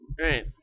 Right